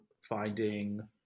finding